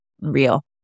real